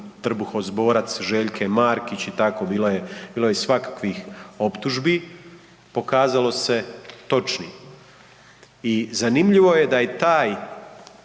trbuhozborac Željke Markić i tako bilo je svakakvih optužbi. Pokazalo se točno. I zanimljivo je da je taj,